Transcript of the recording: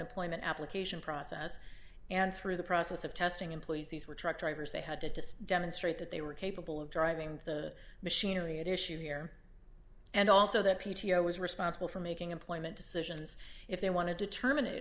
employment application process and through the process of testing employees these were truck drivers they had to demonstrate that they were capable of driving the machinery at issue here and also that p t o was responsible for making employment decisions if they wanted to terminate